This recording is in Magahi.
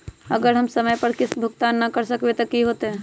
अगर हम समय पर किस्त भुकतान न कर सकवै त की होतै?